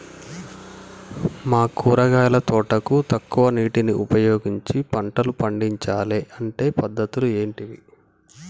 మా కూరగాయల తోటకు తక్కువ నీటిని ఉపయోగించి పంటలు పండించాలే అంటే పద్ధతులు ఏంటివి?